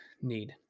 need